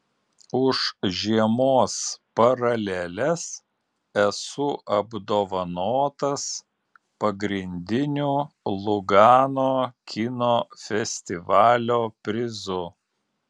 už žiemos paraleles esu apdovanotas pagrindiniu lugano kino festivalio prizu